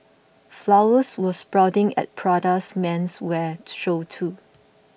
flowers were sprouting at Prada's menswear show too